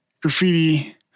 graffiti